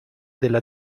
della